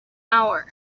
hour